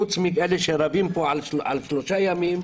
פרט לאלה שרבים פה על שלושה ימים.